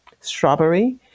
strawberry